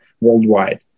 worldwide